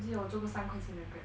我记得我坐过三块钱的 Grab